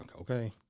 okay